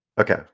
Okay